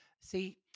See